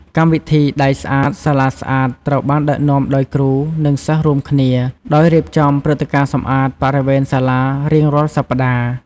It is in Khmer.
កម្មវិធី “ដៃស្អាត សាលាស្អាត” ត្រូវបានដឹកនាំដោយគ្រូ និងសិស្សរួមគ្នា ដោយរៀបចំព្រឹត្តិការណ៍សម្អាតបរិវេណសាលារៀងរាល់សប្តាហ៍។